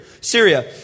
Syria